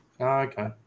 okay